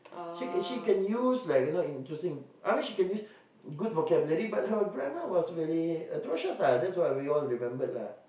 she she can use like you know interesting I mean she can use good vocabulary but her grammar was very atrocious lah that's what we all remembered lah